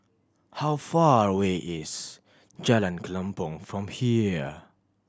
how far away is Jalan Kelempong from here